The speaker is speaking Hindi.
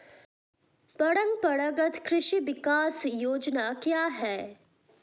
परंपरागत कृषि विकास योजना क्या है?